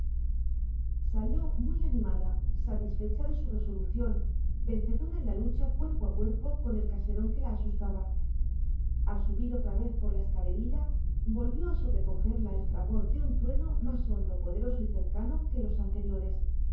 salió muy animada satisfecha de su resolución vencedora en la lucha cuerpo a cuerpo con el caserón que la asustaba al subir otra vez por la escalerilla volvió a sobrecogerla el fragor de un trueno más hondo poderoso y cercano que los anteriores